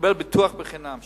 שיקבל פיתוח בחינם,